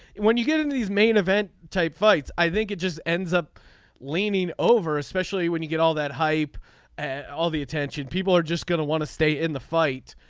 when you get into these main event type fights i think it just ends up leaning over especially when you get all that hype and all the attention. people are just going to want to stay in the fight.